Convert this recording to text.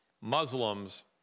Muslims